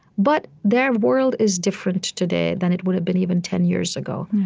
but their world is different today than it would have been even ten years ago.